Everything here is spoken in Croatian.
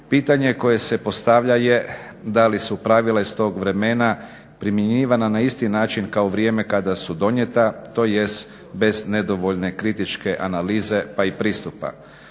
Pitanje koje se postavlja je da li su pravila iz tog vremena primjenjivana na isti način kao u vrijeme kada su donijeta, tj. bez nedovoljne kritičke analize pa i pristupa.